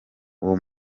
uwo